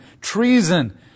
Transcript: treason